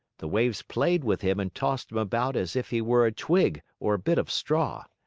the waves played with him and tossed him about as if he were a twig or a bit of straw.